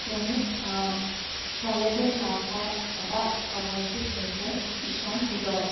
যেনে কলেজত লাভ কৰা এটা স্ক'লাৰশ্বিপ হৈছে ঈশান উদয়